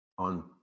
On